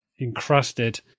encrusted